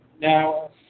Now